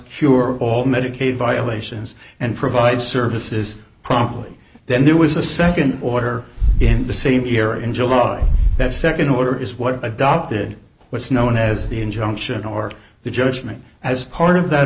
your all medicaid violations and provide services promptly then there was a nd order in the same year in july that nd order is what adopted what's known as the injunction or the judgment as part of that